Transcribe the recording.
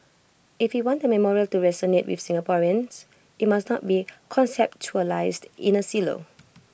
if we want the memorial to resonate with Singaporeans IT must not be conceptualised in A silo